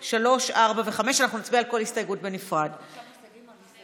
הכנסת אביגדור ליברמן, עודד